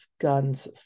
guns